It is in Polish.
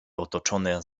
otoczone